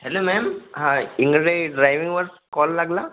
hello mam हां इंगडे ड्रायविंगवर कॉल लागला